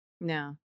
No